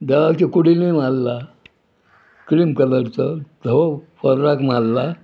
देवाच्या कुडिनूय मारला क्रीम कलरचो धवो फराक मारला